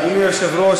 אדוני היושב-ראש,